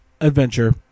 adventure